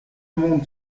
monde